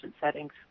settings